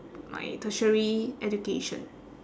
my tertiary education